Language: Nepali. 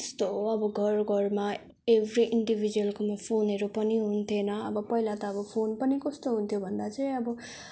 त्यस्तो अब घर घरमा एभ्री इन्डिभिजुअलकोमा फोनहरू पनि हुन्थिएन अब पहिला त फोन पनि कस्तो हुन्थ्यो भन्दा चाहिँ अब